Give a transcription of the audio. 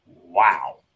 Wow